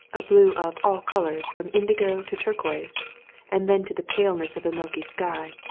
a blue of all colours from indigo to turquoise and then to the paleness of a milky sky,